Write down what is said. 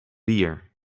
bier